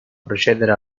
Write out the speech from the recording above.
procedere